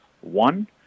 one